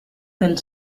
del